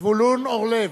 זבולון אורלב,